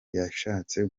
yashatse